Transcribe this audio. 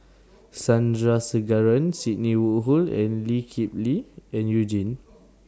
Sandrasegaran Sidney Woodhull Lee Kip Lee and YOU Jin